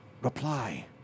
reply